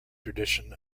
tradition